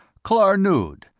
klarnood,